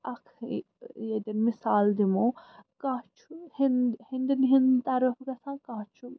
اَکھ ییٚتیٚن مِثال دِمہو کانٛہہ چھُ ہنٛدیٚن ہنٛدۍ طرف گژھان کانٛہہ چھُ